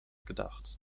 gedacht